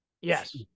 Yes